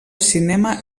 cinema